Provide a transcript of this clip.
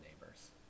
neighbors